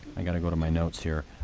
i've got to go to my notes here.